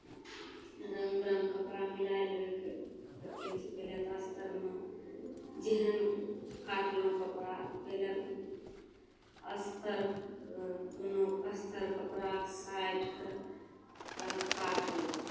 रङ्गमे रङ्गके कपड़ा मिलाय लेबय के ओकर केहन छै पहिले तऽ अस्तरमे जेहन काटलहुँ कपड़ा पहिले ओ अस्तर दुनू अस्तर कपड़ाकेँ साटि कऽ तब काटलहुँ